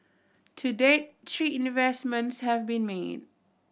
to date three investments have been made